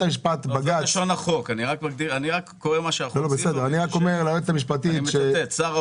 אני רק קראתי את לשון החוק.